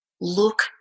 Look